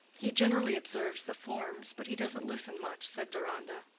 he generally observes the forms but he doesn't listen much, said deronda.